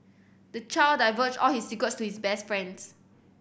the child divulged all his secrets to his best friends